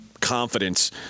confidence